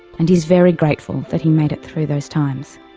and he's very grateful that he made it through those times.